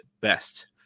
best